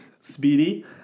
Speedy